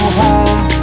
home